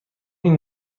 این